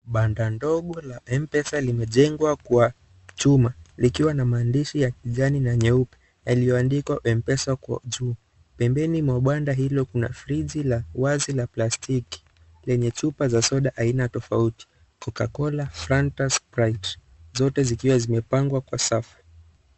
Banda ndogo la Mpesa limejengwa kwa chuma likiwa na maandishi ya kijani na nyeupe yaliyoandikwa Mpesa kwa juu. Pembeni mwa banda hilo kuna friji la wazi la plastiki lenye chupa za soda aina tofauti, cocacola, fanta, sprite, zote zikiwa zimepangwa kwa safu.